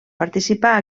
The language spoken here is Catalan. participar